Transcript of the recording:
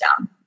down